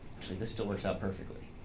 actually, this still works out perfectly.